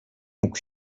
mógł